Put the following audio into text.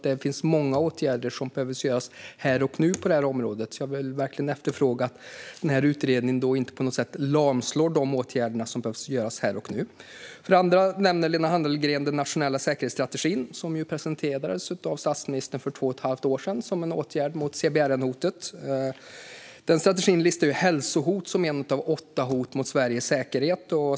Det finns många åtgärder som behöver vidtas här och nu på området. Jag efterfrågar att utredningen inte på något sätt lamslår de åtgärder som behöver vidtas här och nu. För det andra nämner Lena Hallengren den nationella säkerhetsstrategin. Den presenterades av statsministern för två och ett halvt år sedan som en åtgärd mot CBRN-hotet. Den strategin listar hälsohot som ett av åtta hot mot Sveriges säkerhet.